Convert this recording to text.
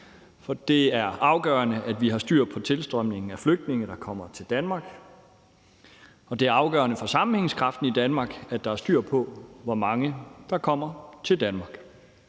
Det er afgørende, at vi har styr på tilstrømningen af flygtninge, der kommer til Danmark, og det er afgørende for sammenhængskraften i Danmark, at der er styr på, hvor mange der kommer til Danmark.